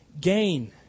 gain